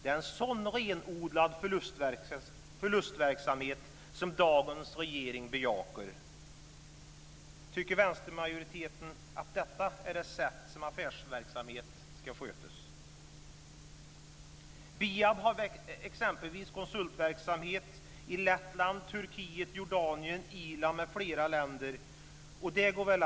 Det är en sådan renodlad förlustverksamhet som dagens regering bejakar. Tycker vänstermajoriteten att detta är ett sätt som affärsverksamhet ska skötas på? BIAB har exempelvis konsultverksamhet i Lettland, Turkiet, Jordanien, Irland m.fl. länder, och det går väl an.